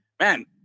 man